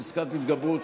פסקת התגברות),